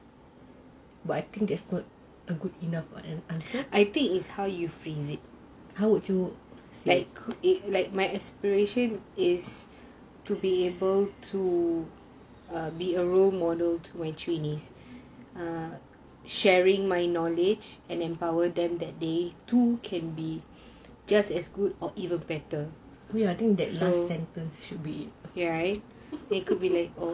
but I think that's not a good good enough answer how would yes I think that last sentence could be